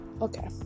Okay